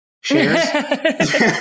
shares